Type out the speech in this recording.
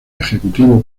ejecutivo